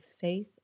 faith